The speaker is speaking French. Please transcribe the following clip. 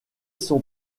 son